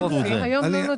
אין היום שום תמריץ.